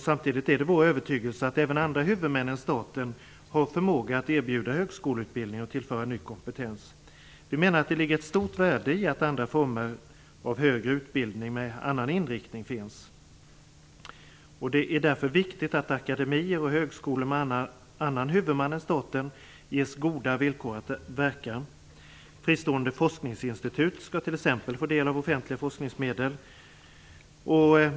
Samtidigt är det vår övertygelse att även andra huvudmän än staten har förmåga att erbjuda högskoleutbildning och tillföra ny kompetens. Vi menar att det ligger ett stort värde i att andra former av högre utbildning med annan inriktning finns. Det är därför viktigt att akademier och högskolor med annan huvudman än staten ges goda villkor att verka. Fristående forskningsinstitut skall t.ex. få del av offentliga forskningsmedel.